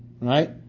right